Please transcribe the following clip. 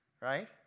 Right